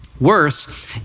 Worse